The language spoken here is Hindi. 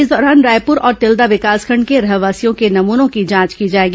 इस दौरान रायपुर और तिल्दा विकासखंड के रहवासियों के नमूनों की जांच की जाएगी